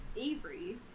Avery